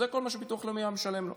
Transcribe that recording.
זה כל מה שביטוח לאומי היה משלם לו.